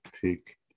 pick